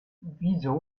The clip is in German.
wieso